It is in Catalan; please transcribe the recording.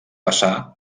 passar